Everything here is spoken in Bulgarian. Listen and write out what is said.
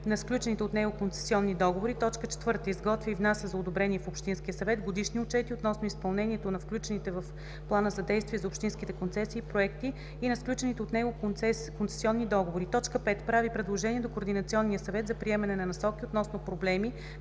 на сключените от него концесионни договори; 4. изготвя и внася за одобрение в общинския съвет годишни отчети относно изпълнението на включените в плана за действие за общинските концесии проекти и на сключените от него концесионни договори; 5. прави предложения до Координационния съвет за приемане на насоки относно проблеми,